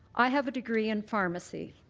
i have a degree in pharmacy.